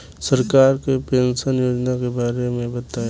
सरकार के पेंशन योजना के बारे में बताईं?